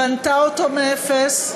בנתה אותו מאפס,